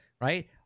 right